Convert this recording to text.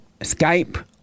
Skype